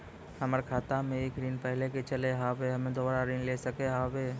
हमर खाता मे एक ऋण पहले के चले हाव हम्मे दोबारा ऋण ले सके हाव हे?